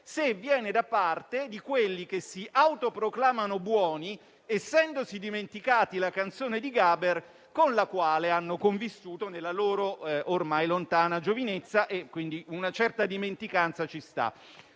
se viene da parte di quelli che si autoproclamano buoni, essendosi dimenticati la canzone di Gaber con la quale hanno convissuto nella loro ormai lontana giovinezza, e quindi una certa dimenticanza ci sta.